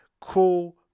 cool